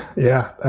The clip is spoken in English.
yeah.